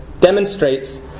demonstrates